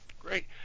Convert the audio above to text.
Great